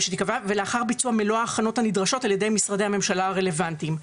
ולאחר ביצוע מלוא ההכנות הנדרשות על ידי משרדי הממשלה הרלוונטיים,